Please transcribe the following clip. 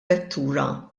vettura